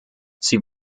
sie